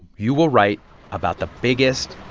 you will write about the biggest,